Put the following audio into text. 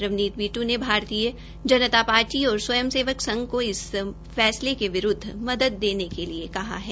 रवनीत बिट्टू ने भारतीय जनता पार्टी और स्वयं सेवक संघ को इस फैसले के विरूदव मदद देने के लिए कहा है